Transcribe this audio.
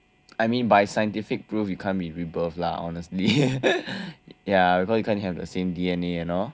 I mean by scientific proof you can't be rebirthed lah honestly ya because you can't have the same D_N_A you know